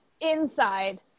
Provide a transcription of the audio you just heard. inside